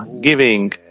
giving